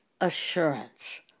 assurance